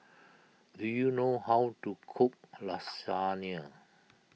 do you know how to cook Lasagne